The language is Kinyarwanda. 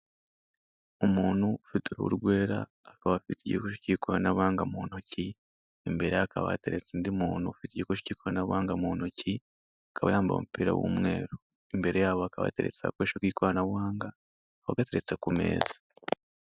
Umuntu ufite uruhu rwera akaba afite igikoresho cy'ikoranabuhanga mu ntoki, imbere ye hakaba hateretse undi umuntu ufite igikoresho cy'ikoranabuhanga mu ntoki akaba yambaye umupira w'umweru, imbere ya ho hakaba hateretse agakorehso k'ikoranabuhanga, kakaba gateretse ku meza.